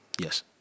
Yes